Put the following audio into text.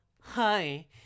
hi